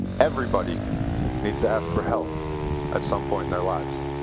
everybody needs to ask for help at some point in their lives.